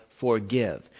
forgive